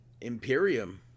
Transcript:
Imperium